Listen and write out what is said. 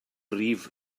rhif